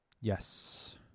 Yes